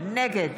נגד